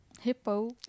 Hippo